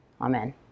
Amen